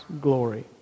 glory